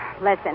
Listen